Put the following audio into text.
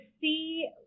see